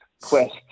quest